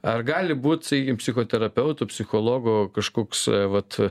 ar gali būt sakykim psichoterapeutų psichologų kažkoks vat